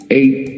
eight